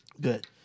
Good